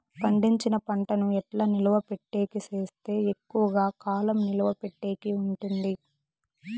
పండించిన పంట ను ఎట్లా నిలువ పెట్టేకి సేస్తే ఎక్కువగా కాలం నిలువ పెట్టేకి ఉంటుంది?